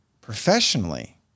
professionally